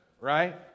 right